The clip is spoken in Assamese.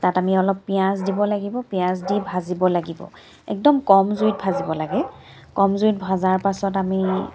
তাত আমি অলপ পিঁয়াজ দিব লাগিব পিঁয়াজ দি ভাজিব লাগিব একদম কম জুইত ভাজিব লাগে কম জুইত ভজাৰ পাছত আমি